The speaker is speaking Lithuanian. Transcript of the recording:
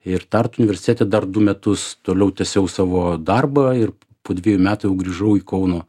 ir tartu universitete dar du metus toliau tęsiau savo darbą ir po dvejų metų jau grįžau į kauno